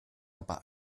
aber